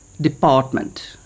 department